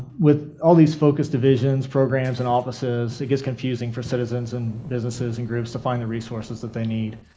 with all of these focus divisions, programs, and offices, it gets confusing for citizens, and businesses, and groups to find the resources that they need.